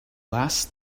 last